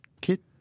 Kit